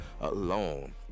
alone